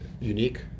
unique